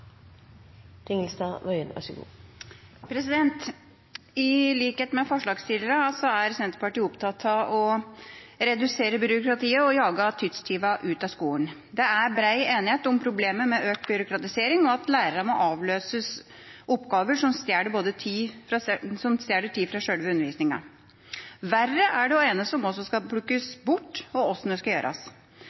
Senterpartiet opptatt av å redusere byråkratiet og å jage tidstyvene ut av skolen. Det er bred enighet om problemet med økt byråkratisering, og at lærerne må avløses oppgaver som stjeler tid fra selve undervisningen. Verre er det å enes om hva som skal plukkes bort – og hvordan det skal gjøres.